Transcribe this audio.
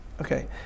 Okay